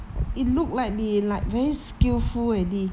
it looked like they like very skillful already